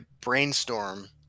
brainstorm